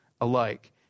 alike